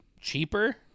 cheaper